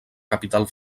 capital